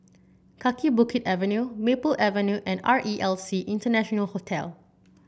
Kaki Bukit Avenue Maple Avenue and R E L C International Hotel